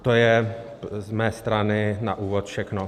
To je z mé strany na úvod všechno.